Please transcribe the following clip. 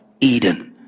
Eden